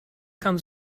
comes